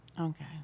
Okay